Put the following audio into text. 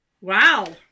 wow